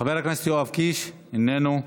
חבר הכנסת יואב קיש, איננו.